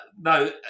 no